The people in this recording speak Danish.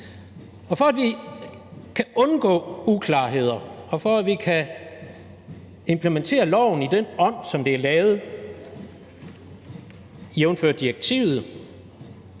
For at vi kan undgå uklarheder, og for at vi kan implementere loven i den ånd, som den er lavet jævnfør direktivet,